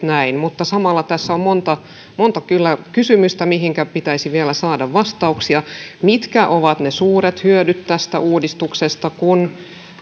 näin mutta samalla tässä on kyllä monta kysymystä mihinkä pitäisi vielä saada vastauksia mitkä ovat ne suuret hyödyt tästä uudistuksesta kun